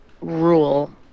rule